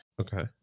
okay